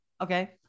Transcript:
okay